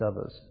others